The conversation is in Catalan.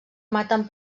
maten